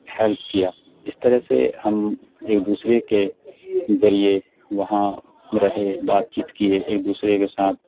help کیا اس طرح سے ہم ایک دوسرے کے ذریعے وہاں رہے بات چیت کیے ایک دوسرے کے ساتھ